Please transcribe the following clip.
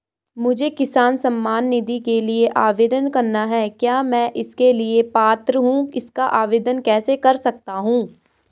मुझे किसान सम्मान निधि के लिए आवेदन करना है क्या मैं इसके लिए पात्र हूँ इसका आवेदन कैसे कर सकता हूँ?